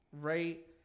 Right